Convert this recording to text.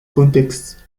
context